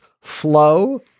flow